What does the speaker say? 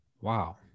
Wow